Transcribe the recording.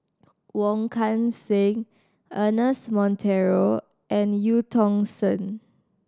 Wong Kan Seng Ernest Monteiro and Eu Tong Sen